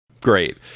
great